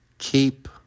Keep